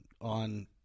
on